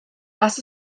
was